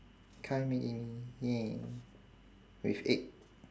curry maggi mee !yay! with egg